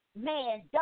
man